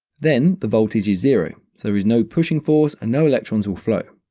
then the voltage is zero. so, there is no pushing force and no electrons will flow.